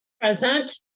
Present